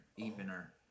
evener